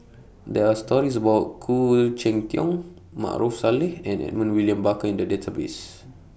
There Are stories about Khoo Cheng Tiong Maarof Salleh and Edmund William Barker in The Database